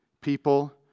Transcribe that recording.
people